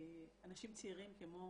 אנשים צעירים כמו